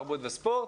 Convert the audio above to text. תרבות וספורט